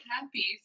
happy